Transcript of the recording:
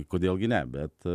kodėl gi ne bet